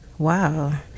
Wow